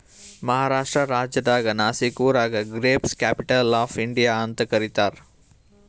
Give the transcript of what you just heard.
ಮಹಾರಾಷ್ಟ್ರ ರಾಜ್ಯದ್ ನಾಶಿಕ್ ಊರಿಗ grape capital of India ಅಂತ್ ಕರಿತಾರ್